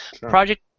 Project